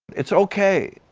it is okay,